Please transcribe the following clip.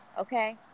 okay